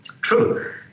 True